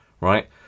right